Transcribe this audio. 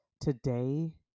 today